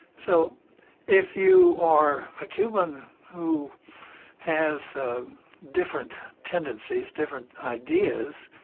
so if you are a cuban who has different tendencies, different ideas,